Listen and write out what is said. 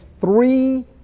three